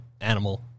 animal